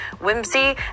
whimsy